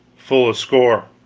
full a score.